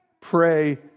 pray